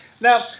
Now